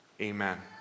Amen